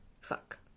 Fuck